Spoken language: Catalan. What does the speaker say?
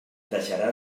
deixarà